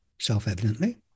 self-evidently